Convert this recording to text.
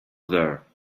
there